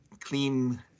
clean